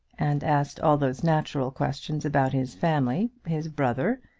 and asked all those natural questions about his family, his brother,